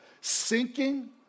Sinking